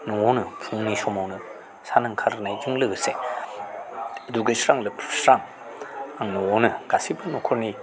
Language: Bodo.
न'आवनो फुंनि समावनो सान ओंखारनायजों लोगोसे दुगैस्रां लोबस्रां आं न'आवनो गासैबो न'खरनि